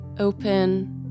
Open